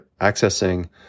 accessing